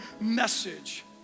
message